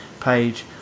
page